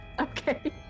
okay